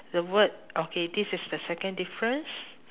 the word okay this is the second difference